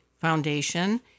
Foundation